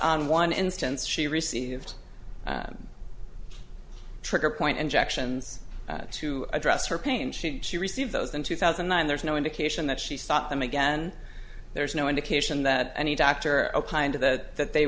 on one instance she received trigger point injections to address her pain she she received those in two thousand and nine there's no indication that she stopped them again there's no indication that any doctor opined that th